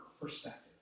perspective